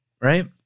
right